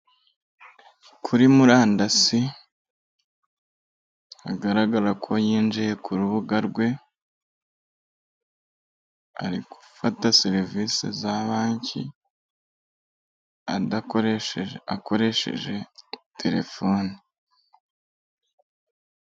Kuri murandasi agaragara ko yinjiye ku rubuga rwe, ari gufata serivisi za banki akoresheje telefoni.